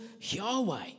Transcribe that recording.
Yahweh